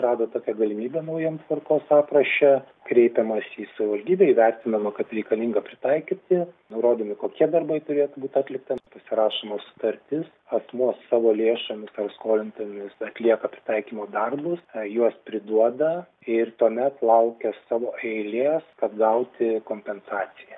rado tokią galimybę naujam tvarkos apraše kreipiamasi į savivaldybę įvertinama kad reikalinga pritaikyti nurodomi kokie darbai turėtų būt atlikta pasirašoma sutartis asmuo savo lėšomis ar skolintomis atlieka pritaikymo darbus juos priduoda ir tuomet laukia savo eilės kad gauti kompensaciją